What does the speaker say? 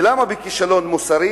ולמה בכישלון מוסרי?